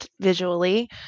visually